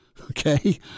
okay